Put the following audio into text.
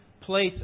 place